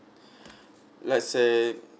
let's say